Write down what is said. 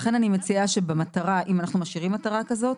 לכן אני מציעה שאם אנחנו משאירים מטרה כזאת,